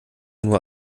nur